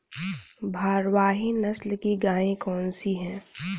भारवाही नस्ल की गायें कौन सी हैं?